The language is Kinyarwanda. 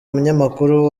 umunyamakuru